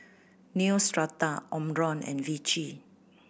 Neostrata Omron and Vichy